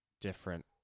different